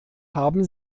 haben